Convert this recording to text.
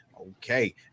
okay